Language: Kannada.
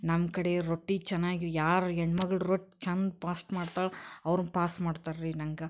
ನಮ್ಮ ಕಡೆ ರೊಟ್ಟಿ ಚೆನ್ನಾಗಿ ಯಾರು ಹೆಣ್ಮಗಳು ರೊಟ್ಟಿ ಚಂದ ಪಾಸ್ಟ್ ಮಾಡ್ತಾಳೆ ಅವ್ರನ್ನು ಪಾಸ್ ಮಾಡ್ತಾರೆ ರೀ ನಂಗೆ